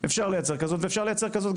ואפשר לייצר כזאת,